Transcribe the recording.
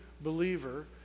believer